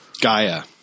Gaia